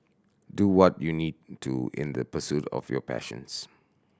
do what you need to in the pursuit of your passions